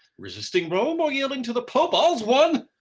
resisting rome, or yielding to the pope, all's one.